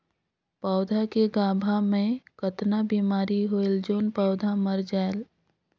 पौधा के गाभा मै कतना बिमारी होयल जोन पौधा मर जायेल?